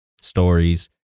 stories